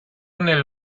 nel